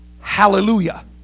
Hallelujah